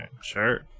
sure